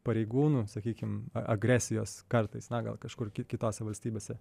pareigūnų sakykim agresijos kartais na gal kažkur kitose valstybėse